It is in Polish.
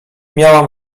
miałam